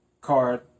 card